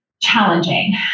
challenging